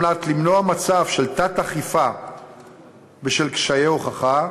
כדי למנוע מצב של תת-אכיפה בשל קשיי הוכחה,